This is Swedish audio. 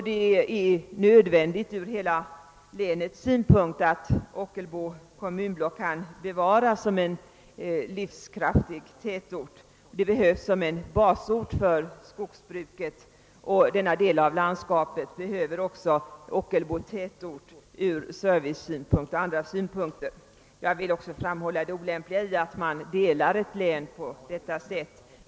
Det är nödvändigt ur hela länets synpunkt att Ockelbo kommunblock kan bevaras som en livskraftig tätort. Den behövs som en basort för skogsbruket, och denna del av landskapet behöver även tätorten Ockelbo ur servicesynpunkter och av andra skäl. Jag vill vidare framhålla det olämpliga i att dela upp ett län på det sätt som skett.